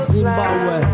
Zimbabwe